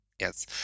yes